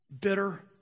bitter